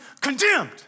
condemned